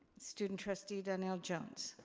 student trustee donnell jones.